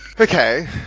Okay